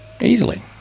Easily